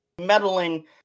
meddling